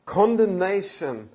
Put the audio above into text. condemnation